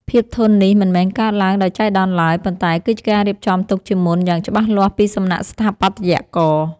ភាពធន់នេះមិនមែនកើតឡើងដោយចៃដន្យឡើយ ប៉ុន្តែគឺជាការរៀបចំទុកជាមុនយ៉ាងច្បាស់លាស់ពីសំណាក់ស្ថាបត្យករ។